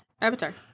Avatar